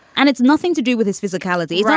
and it's nothing to do with his physicality. yeah